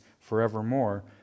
forevermore